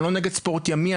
אני לא נגד ספורט ימי,